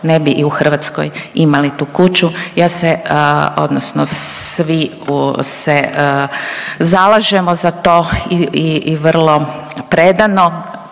ne bi i u Hrvatskoj imali tu kuću. Ja se odnosno svi se zalažemo za to i vrlo predano